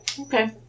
Okay